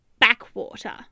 backwater